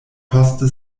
poste